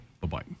Bye-bye